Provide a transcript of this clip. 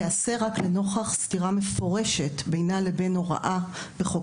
תיעשה רק לנוכח סתירה מפורשת בינה לבין הוראה בחוק